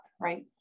right